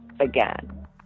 again